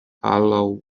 hollow